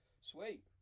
Sweet